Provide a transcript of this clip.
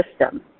system